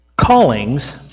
callings